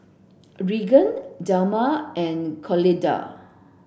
Regan Delmer and Clotilde